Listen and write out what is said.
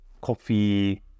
coffee